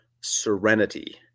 Serenity